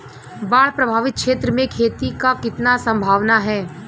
बाढ़ प्रभावित क्षेत्र में खेती क कितना सम्भावना हैं?